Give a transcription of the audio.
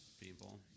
People